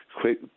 quick